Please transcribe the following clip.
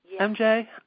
MJ